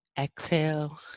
exhale